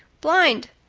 blind!